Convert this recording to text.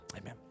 Amen